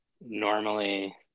normally